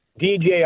DJI